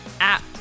app